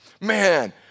man